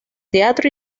teatro